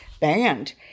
banned